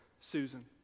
Susan